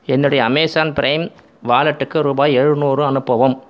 என்னுடைய Amazon prime வாலெட்டுக்கு ரூபாய் எழுநூறு அனுப்பவும்